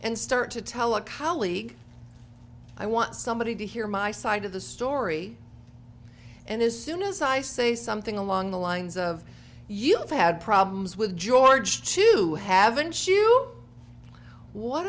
and start to tell a colleague i want somebody to hear my side of the story and as soon as i say something along the lines of you had problems with george to have been shoe what